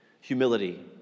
Humility